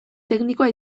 teknikoa